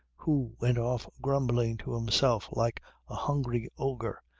who went off grumbling to himself like a hungry ogre,